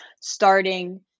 starting